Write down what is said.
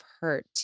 hurt